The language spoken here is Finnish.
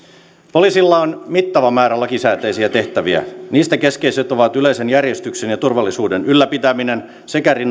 poliisilla on mittava määrä lakisääteisiä tehtäviä niistä keskeiset ovat yleisen järjestyksen ja turvallisuuden ylläpitäminen sekä